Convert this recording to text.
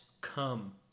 come